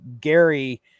Gary